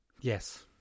Yes